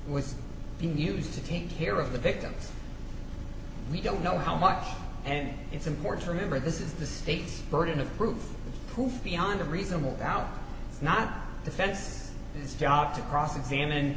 s being used to take care of the victims we don't know how much and it's important to remember this is the state's burden of proof proof beyond a reasonable doubt it's not defense his job to cross examine